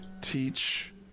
teach